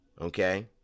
okay